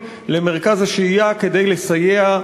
אנא דעתך לגבי הסתייגויות נוספות.